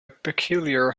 peculiar